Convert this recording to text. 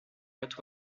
but